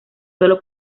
solo